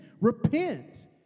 Repent